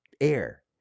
air